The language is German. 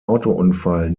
autounfall